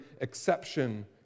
exception